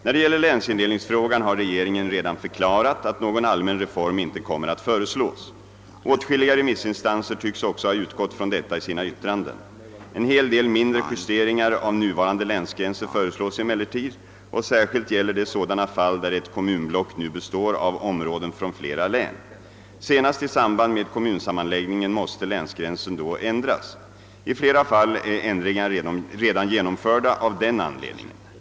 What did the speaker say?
När det gäller länsindelningsfrågan har regeringen redan förklarat, att någon allmän reform inte kommer att föreslås. Åtskilliga remissinstanser tycks också ha utgått från detta i sina yttranden. En hel del mindre justeringar av nuvarande länsgränser föreslås emellertid och särskilt gäller det sådana fall där ett kommunblock nu består av områden från flera län. Senast i samband med kommunsammanläggningen måste länsgränsen då ändras. I flera fall är ändringar redan genomförda av den anledningen.